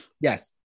Yes